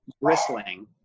bristling